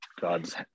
God's